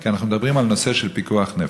כי אנחנו מדברים על נושא של פיקוח נפש.